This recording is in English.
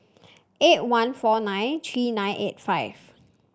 eight one four nine three nine eight five